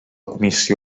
comissió